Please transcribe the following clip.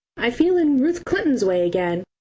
i feel in ruth clinton's way again!